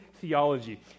theology